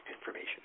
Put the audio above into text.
information